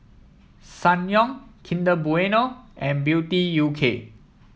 Ssangyong Kinder Bueno and Beauty U K